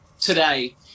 today